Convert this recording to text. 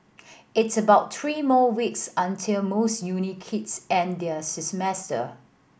it's about three more weeks until most uni kids end their semester